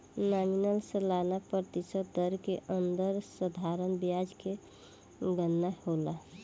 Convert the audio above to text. nominal सालाना प्रतिशत दर के अंदर साधारण ब्याज के गनना होला